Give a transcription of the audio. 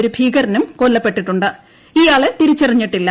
ഒരു ഭീകരനും കൊല്ലപ്പെട്ടിട്ടുണ്ട് ഇയാളെ തിരിച്ചറിഞ്ഞിട്ടില്ല